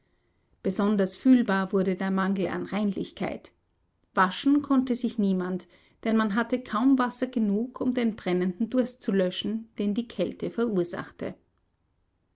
besonders fühlbar wurde der mangel an reinlichkeit waschen konnte sich niemand denn man hatte kaum wasser genug um den brennenden durst zu löschen den die kälte verursachte